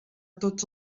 tots